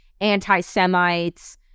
anti-semites